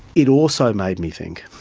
it also made me think